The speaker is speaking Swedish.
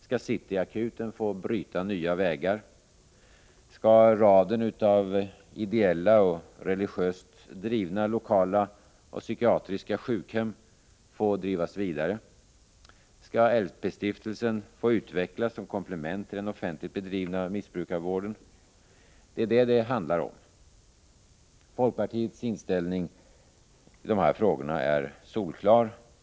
Skall City Akuten få bryta nya vägar, skall raden av ideella och religiöst drivna lokala och psykiatriska sjukhem få drivas vidare? Skall LP-stiftelsen få utvecklas som komplement till den offentligt bedrivna missbrukarvården? Det är detta det handlar om. Folkpartiets inställning i de här frågorna är solklar!